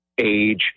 age